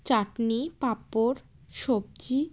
চাটনি পাঁপড় সবজি